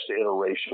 iteration